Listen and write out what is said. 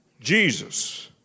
Jesus